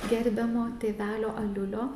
gerbiamo tėvelio aliulio